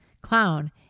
clown